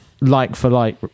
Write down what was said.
like-for-like